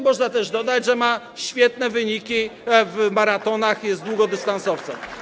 Można też dodać, że ma świetne wyniki w maratonach, jest długodystansowcem.